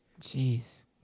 Jeez